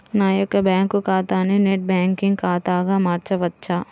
నా యొక్క బ్యాంకు ఖాతాని నెట్ బ్యాంకింగ్ ఖాతాగా మార్చవచ్చా?